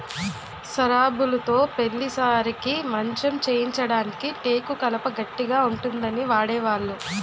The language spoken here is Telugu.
సరాబులుతో పెళ్లి సారెకి మంచం చేయించడానికి టేకు కలప గట్టిగా ఉంటుందని వాడేవాళ్లు